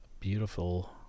beautiful